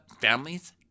families